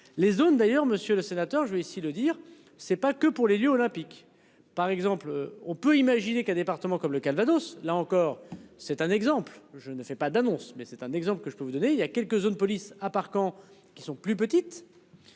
Les zones d'ailleurs Monsieur le Sénateur, je veux ici le dire c'est pas que pour les lieux olympiques par exemple on peut imaginer qu'un département comme le Calvados là encore c'est un exemple, je ne fais pas d'annonce mais c'est un exemple que je peux vous donner, il y a quelques zones police à part quand qui sont plus petites.